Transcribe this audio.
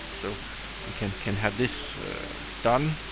so we can can have this done.